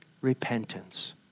repentance